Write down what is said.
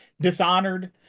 Dishonored